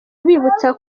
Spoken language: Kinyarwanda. abibutsa